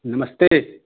नमस्ते